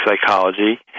psychology